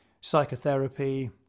psychotherapy